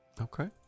okay